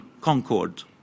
concord